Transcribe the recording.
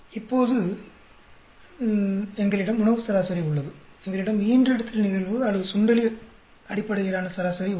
இப்போது எங்களிடம் உணவு சராசரி உள்ளது எங்களிடம் ஈன்றெடுத்தல் நிகழ்வு அல்லது சுண்டெலி அடிப்படையிலான சராசரி உள்ளது